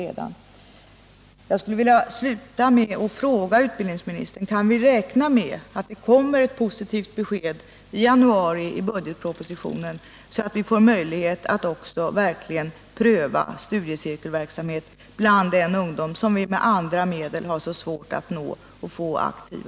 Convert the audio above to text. Avslutningsvis vill jag fråga utbildningsministern: Kan vi räkna med ett positivt besked i januari i budgetpropositionen, så att vi får möjlighet att också verkligen pröva studiecirkelverksamhet bland den ungdom som vi med andra medel har så svårt att nå och att få aktiv?